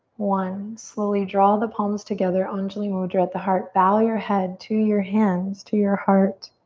one. slowly draw the palms together, anjuli mudra at the heart. bow your head to your hands, to your heart.